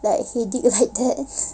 like he did like that